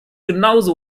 genauso